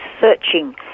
searching